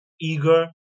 eager